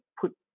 put